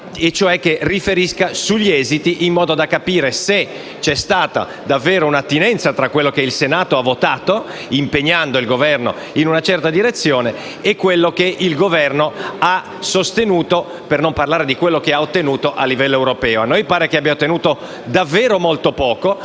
cioè sugli esiti del vertice, in modo da capire se ci sia stata realmente un'attinenza tra quello che il Senato ha votato, impegnando il Governo in una certa direzione, e quello che il Governo ha sostenuto, per non parlare di quello che ha ottenuto, a livello europeo. A noi pare che abbia ottenuto davvero molto poco,